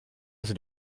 sind